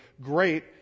great